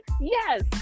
yes